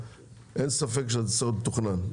אין ספק שזה צריך להיות מתוכנן.